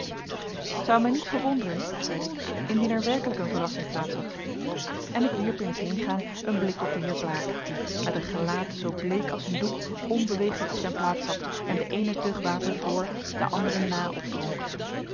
t zou mij niet verwonderen zeide ik indien er werkelijk een verrassing plaats had en ik wierp in t heengaan een blik op den heer blaek die met een gelaat zoo bleek als een doek onbeweeglijk op zijn plaats zat en de eene teug water voor de andere na opdronk